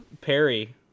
Perry